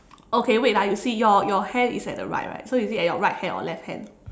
okay wait ah you see your your hand is at the right right so you is it at your right hand or your left hand